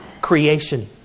creation